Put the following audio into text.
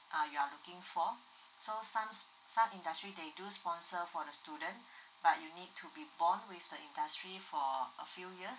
uh you are looking for so some some industry they do sponsor for the student but you need to be bond with the industry for a few years